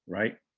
right?